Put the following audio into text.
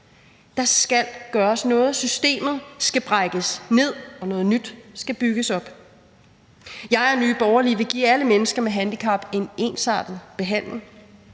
Der skal gøres noget. Systemet skal brækkes ned, og noget nyt skal bygges op. Jeg og Nye Borgerlige vil give alle mennesker med handicap en ensartet behandling.